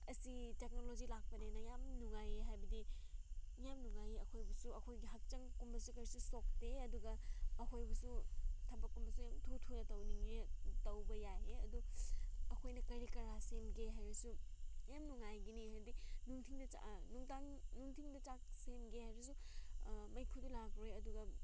ꯑꯁꯤ ꯇꯦꯛꯅꯣꯂꯣꯖꯤ ꯂꯥꯛꯄꯅꯤꯅ ꯌꯥꯝ ꯅꯨꯡꯉꯥꯏꯌꯦ ꯍꯥꯏꯕꯗꯤ ꯌꯥꯝ ꯅꯨꯡꯉꯥꯏꯌꯦ ꯑꯩꯈꯣꯏꯕꯨꯁꯨ ꯑꯩꯈꯣꯏꯒꯤ ꯍꯛꯆꯥꯡꯒꯨꯝꯕꯁꯨ ꯀꯔꯤꯁꯨ ꯁꯣꯛꯇꯦ ꯑꯗꯨꯒ ꯑꯩꯈꯣꯏꯕꯨꯁꯨ ꯊꯕꯛꯀꯨꯝꯕꯁꯨ ꯌꯥꯝ ꯊꯨ ꯊꯨꯅ ꯇꯧꯅꯤꯡꯉꯦ ꯇꯧꯕ ꯌꯥꯏꯌꯦ ꯑꯗꯨ ꯑꯩꯈꯣꯏꯅ ꯀꯔꯤ ꯀꯔꯥ ꯁꯦꯝꯒꯦ ꯍꯥꯏꯔꯁꯨ ꯌꯥꯝ ꯅꯨꯡꯉꯥꯏꯒꯅꯤ ꯍꯥꯏꯗꯤ ꯅꯨꯡꯊꯤꯜꯗ ꯅꯨꯡꯗꯥꯡ ꯅꯨꯡꯊꯤꯜꯗ ꯆꯥꯛ ꯁꯦꯝꯒꯦ ꯍꯥꯏꯔꯁꯨ ꯃꯩꯈꯨꯗꯨ ꯂꯥꯛꯂꯔꯣꯏ ꯑꯗꯨꯒ